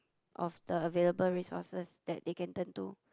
of the available resources that they can turn to